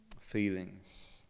feelings